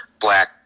black